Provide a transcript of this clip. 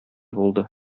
булды